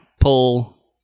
Pull